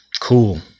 Cool